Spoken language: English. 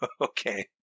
Okay